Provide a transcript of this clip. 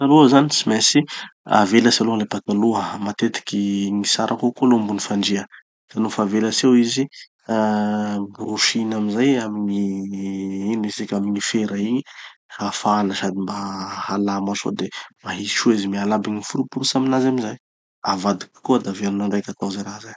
pataloha zany tsy maintsy avelatsy aloha le pataloha, matetiky gny tsara kokoa aloha ambony fandria. Nofa avelatsy eo izy, ah brosina amizay amy gny, ino izy tiky, amy gny fera igny, hafana sady mba halama soa de mahitsy soa izy miala aby gny foroporotsy aminazy amizay. Avadiky koa de averina andraiky atao ze raha zay.